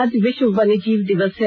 आज विश्व वन्यजीव दिवस है